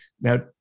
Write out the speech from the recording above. Now